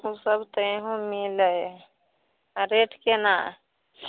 ओसब तऽ इहौँ मिलै हइ आओर रेट कोना